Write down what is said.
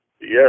Yes